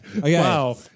Wow